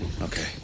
Okay